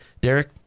Derek